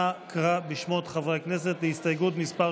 אנא קרא בשמות חברי הכנסת להסתייגות מס'